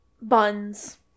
Buns